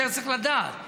צריך לדעת